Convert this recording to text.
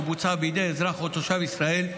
שבוצעה בידי אזרח או תושב ישראל,